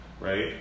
right